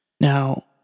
Now